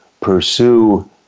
pursue